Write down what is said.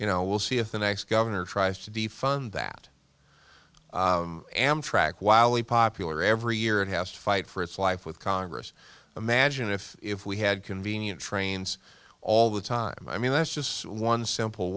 you know we'll see if the next governor tries to defund that amtrak wildly popular every year it has to fight for its life with congress imagine if if we had convenient trains all the time i mean that's just one simple